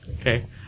okay